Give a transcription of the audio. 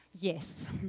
Yes